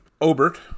Obert